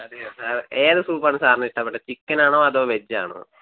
അതെയോ സാർ ഏത് സൂപ്പ് ആണ് സാറിന് ഇഷ്ടപ്പെട്ടത് ചിക്കൻ ആണോ അതോ വെജ് ആണോ